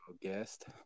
guest